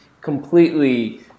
completely